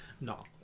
no